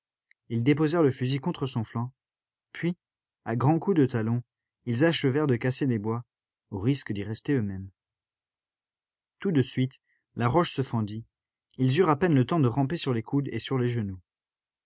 ils déposèrent le fusil contre son flanc puis à grands coups de talon ils achevèrent de casser les bois au risque d'y rester eux-mêmes tout de suite la roche se fendit ils eurent à peine le temps de ramper sur les coudes et sur les genoux